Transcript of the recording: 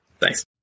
Thanks